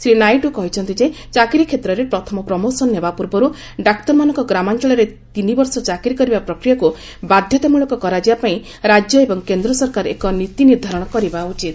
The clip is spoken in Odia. ଶ୍ରୀ ନାଇଡୁ କହିଛନ୍ତି ଯେ ଚାକିରିକ୍ଷେତ୍ରରେ ପ୍ରଥମ ପ୍ରମୋସନ ନେବା ପୂର୍ବରୁ ଡାକ୍ତରମାନଙ୍କ ଗ୍ରାମାଞ୍ଚଳରେ ତିନିବର୍ଷ ଚାକିରି କରିବା ପ୍ରକ୍ରିୟାକୁ ବାଧ୍ୟତାମଳକ କରାଯିବା ପାଇଁ ରାଜ୍ୟ ଏବଂ କେନ୍ଦ୍ର ସରକାର ଏକ ନୀତି ନିର୍ଦ୍ଧାରଣ କରିବା ଉଚିତ